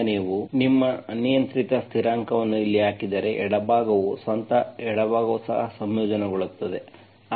ಆದ್ದರಿಂದ ನೀವು ನಿಮ್ಮ ಅನಿಯಂತ್ರಿತ ಸ್ಥಿರಾಂಕವನ್ನು ಇಲ್ಲಿ ಹಾಕಿದರೆ ಎಡಭಾಗವು ಸ್ವತಃ ಎಡಭಾಗವು ಸಹ ಸಂಯೋಜನೆಗೊಳ್ಳುತ್ತದೆ